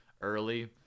early